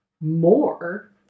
more